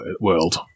world